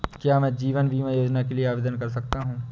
क्या मैं जीवन बीमा योजना के लिए आवेदन कर सकता हूँ?